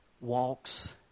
walks